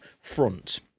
front